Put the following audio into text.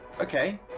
Okay